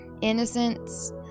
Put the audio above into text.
innocence